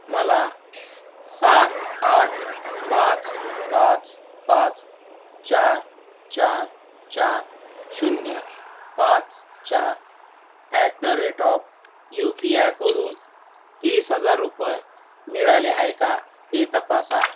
मला सात आठ पाच पाच पाच चार चार चार शून्य पाच चार at the rate of U P आयकडून तीस हजार रुपये मिळाले आहे का ते तपासा